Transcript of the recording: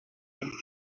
empty